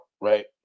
right